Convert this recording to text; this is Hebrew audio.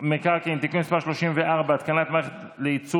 המקרקעין (תיקון מס' 34) (התקנת מערכת לייצור